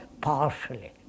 partially